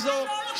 אני חושב